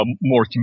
more